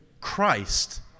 Christ